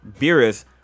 Beerus